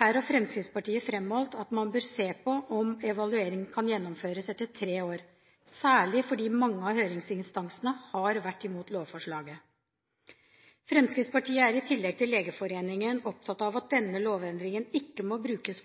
Her har Fremskrittspartiet framholdt at man bør se på om evalueringen kan gjennomføres etter tre år, særlig fordi mange av høringsinstansene har vært imot lovforslaget. Fremskrittspartiet er, i tillegg til Legeforeningen, opptatt av at denne lovendringen ikke må brukes